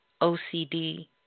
OCD